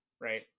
right